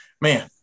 Man